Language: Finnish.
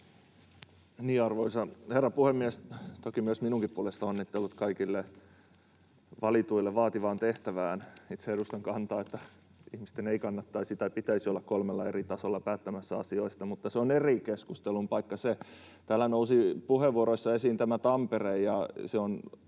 Arvoisa herra puhemies! Toki myös minunkin puolestani onnittelut kaikille valituille vaativaan tehtävään. Itse edustan kantaa, että ihmisten ei kannattaisi tai pitäisi olla kolmella eri tasolla päättämässä asioista, mutta se on eri keskustelun paikka. Täällä nousi puheenvuoroissa esiin Tampere.